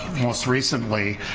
most recently,